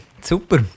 super